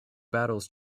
battles